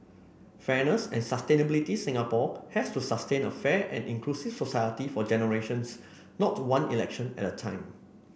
fairness and sustainability Singapore has to sustain a fair and inclusive society for generations not to one election at a time